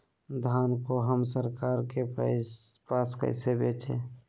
धान को हम सरकार के पास कैसे बेंचे?